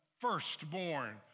firstborn